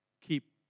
keep